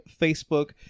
Facebook